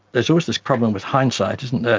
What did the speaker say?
there so is this problem with hindsight, isn't there.